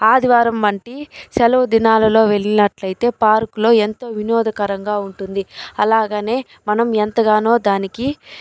ఆదివారం వంటి సెలవు దినాలలో వెళ్లినట్లైతే పార్కు లో ఎంతో వినోదకరంగా ఉంటుంది అలాగే మనం ఎంతగానో దానికి